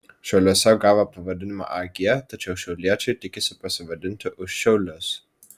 šiauliuose gavo pavadinimą ag tačiau šiauliečiai tikisi pasivadinti už šiaulius